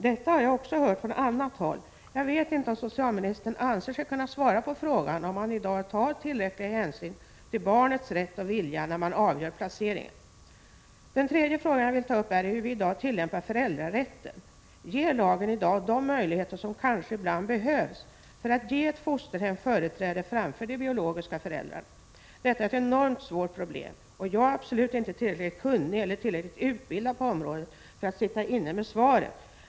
Detta har jag också hört från annat håll. Jag vet inte om socialministern anser sig kunna svara på frågan om man i dag tar tillräcklig hänsyn till barnets rätt och vilja när man avgör placeringen? Den tredje frågan jag vill ta upp är hur vi i dag tillämpar föräldrarätten. Ger lagen i dag de möjligheter som kanske ibland behövs för att ge ett fosterhem företräde framför de biologiska föräldrarna? Detta är ett enormt svårt problem. Jag är absolut inte tillräckligt kunnig eller tillräckligt utbildad på området för att sitta inne med svaret.